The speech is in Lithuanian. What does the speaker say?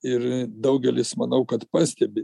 ir daugelis manau kad pastebi